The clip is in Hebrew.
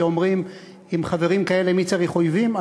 אומרים: עם חברים כאלה,